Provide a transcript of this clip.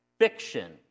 fiction